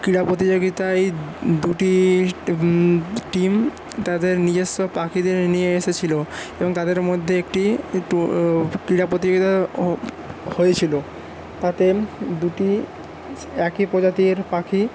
ক্রীড়া প্রতিযোগিতায় দুটি টিম তাঁদের নিজস্ব পাখিদের নিয়ে এসেছিল এবং তাঁদের মধ্যে একটি ক্রীড়া প্রতিযোগিতায় হয়েছিল তাতে দুটি একি প্রজাতির পাখি